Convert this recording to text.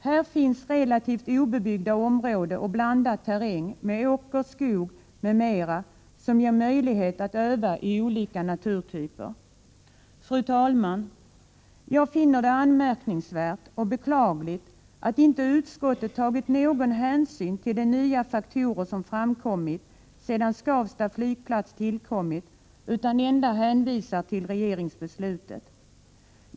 Här finns relativt obebyggda områden och blandad terräng med åker, skog m.m., som ger möjlighet att öva i olika naturtyper. Fru talman! Jag finner det anmärkningsvärt och beklagligt att utskottet inte tagit någon hänsyn till de nya faktorer som framkommit sedan Skavsta flygplats tillkommit utan endast hänvisat till regeringsbeslutet.